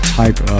type